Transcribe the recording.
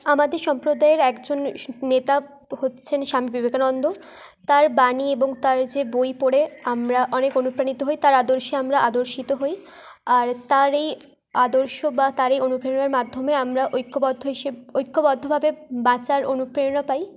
আমাদের সম্প্রদায়ের একজন নেতা হচ্ছেন স্বামী বিবেকানন্দ তার বাণী এবং তার যে বই পড়ে আমরা অনেক অনুপ্রাণিত হই তার আদর্শে আমরা আদর্শিত হই আর তার এই আদর্শ বা তার এই অনুপ্রেরণার মাধ্যমে আমরা ঐক্যবদ্ধ হই ঐক্যবদ্ধভাবে বাঁচার অনুপ্রেরণা পাই